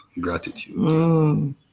gratitude